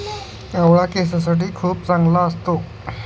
आवळा केसांसाठी खूप चांगला असतो